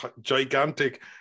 gigantic